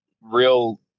real